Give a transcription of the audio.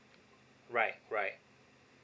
right right